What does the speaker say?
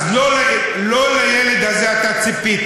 אז לא לילד הזה אתה ציפית.